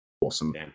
awesome